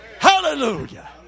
hallelujah